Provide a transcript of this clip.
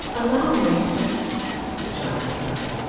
a long way, sir the child replied.